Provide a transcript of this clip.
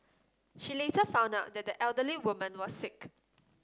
she later found out that the elderly woman was sick